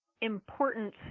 important